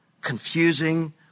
confusing